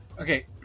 Okay